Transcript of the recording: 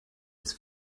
ist